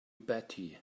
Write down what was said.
batty